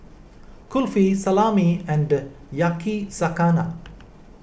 Kulfi Salami and Yakizakana